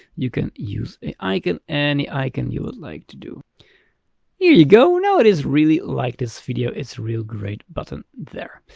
you can use a icon, any icon you'd like to do. here you go, now it is really like this video, it's real great button there.